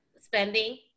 spending